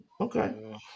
okay